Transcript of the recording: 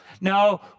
No